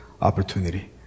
opportunity